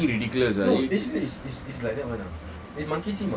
fucking ridiculous ah